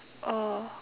oh